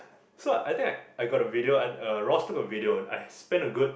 so I think I got the video uh Ross took a video I spent a good